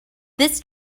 this